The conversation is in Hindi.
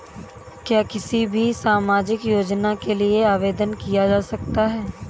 क्या किसी भी सामाजिक योजना के लिए आवेदन किया जा सकता है?